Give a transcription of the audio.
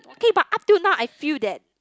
okay but up to now I feel that